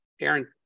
Aaron